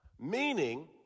Meaning